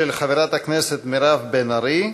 של חברת הכנסת מירב בן ארי.